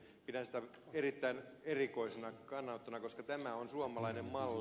pidän sitä erittäin erikoisena kannanottona koska tämä on suomalainen malli